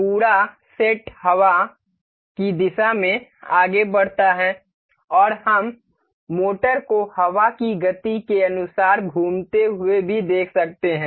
पूरा सेट हवा की दिशा में आगे बढ़ता है और हम मोटर को हवा की गति के अनुसार घूमते हुए भी देख सकते हैं